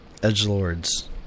Edgelords